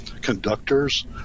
Conductors